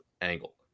angle